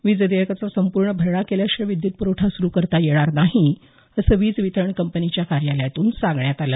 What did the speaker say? वीज देयकाचा संपूर्ण भरणा केल्याशिवाय विद्युत पुरवठा सुरू करता येणार नाही असं वीज वितरण कंपनीच्या कार्यालयातून सांगण्यात आलं